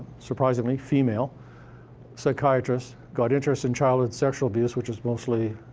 surprisingly, female psychiatrists got interested in childhood sexual abuse, which is mostly,